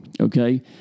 okay